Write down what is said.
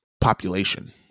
population